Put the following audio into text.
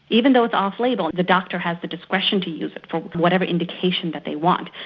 even though it's off label. the doctor has the discretion to use it for whatever indication that they want.